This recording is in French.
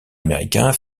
américain